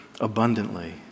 abundantly